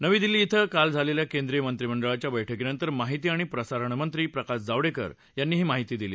नवी दिल्ली इथं काल झालखिा केंद्रीय मंत्रिमंडळाच्या बछ्कीनंतर माहिती आणि प्रसारण मंत्री प्रकाश जावडळ्करे यांनी ही माहिती दिली